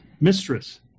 mistress